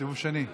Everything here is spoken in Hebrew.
סיבוב שני.